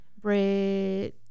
bread